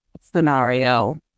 scenario